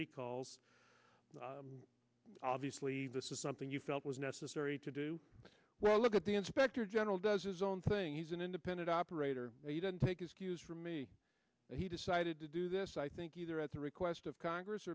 recalls obviously this is something you felt was necessary to do well look at the inspector general does his own thing he's an independent operator you don't take his cues from me he decided to do this i think either at the request of congress